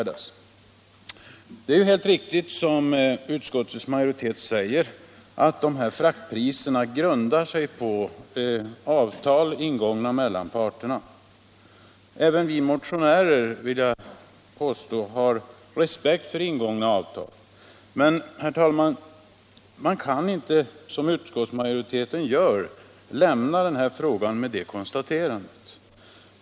Det är helt riktigt som utskottets majoritet säger, att dessa fraktpriser grundar sig på avtal ingångna mellan parterna. Även vi motionärer har respekt för ingångna avtal, men man kan inte — som utskottsmajoriteten gör — lämna frågan med detta konstaterande.